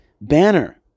banner